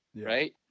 right